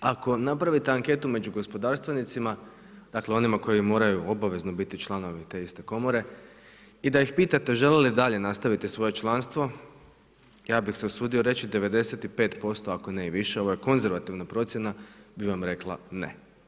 Ako napravite anketu među gospodarstvenicima, dakle onima koji moraju obavezno biti članovi te iste komore i da ih pitate žele li dalje nastaviti svoje članstvo, ja bih se usudio reći 95%, ako ne i više, ovo je konzervativna procjena, bi vam rekla ne.